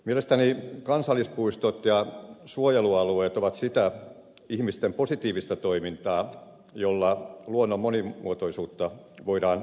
mielestäni kansallispuistot ja suojelualueet ovat sitä ihmisten positiivista toimintaa jolla luonnon monimuotoisuutta voidaan ylläpitää